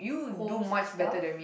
homes and stuff